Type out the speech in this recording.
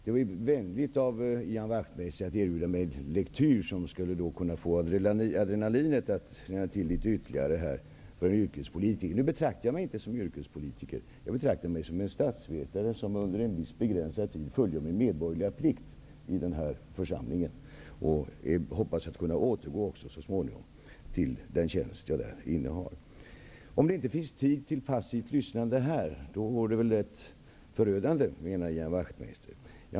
Det var vänligt av Ian Wachtmeister att erbjuda mig lektyr som skulle kunna få adrenalinet att rinna till ytterligare hos en yrkespolitiker. Nu betraktar jag mig inte som yrkespolitiker. Jag betraktar mig som en statsvetare som under en viss begränsad tid fullgör min medborgerliga plikt i den här församlingen. Jag hoppas att så småningom också kunna återgå till den tjänst jag innehar. Det är rätt förödande om det inte finns tid till passivt lyssnande här, menar Ian Wachtmeister.